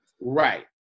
Right